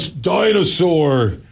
dinosaur